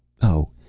oh,